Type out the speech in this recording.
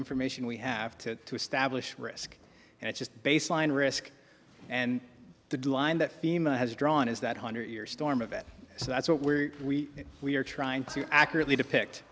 information we have to establish risk and it's just baseline risk and the decline that female has drawn is that hundred year storm of it so that's what we're we we're trying to accurately depict